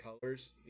colors